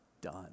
done